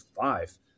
five